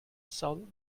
sol